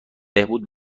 بهبود